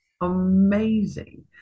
amazing